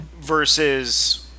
versus